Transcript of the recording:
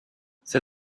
c’est